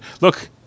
look